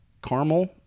caramel